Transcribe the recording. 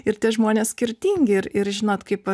ir tie žmonės skirtingi ir ir žinot kaip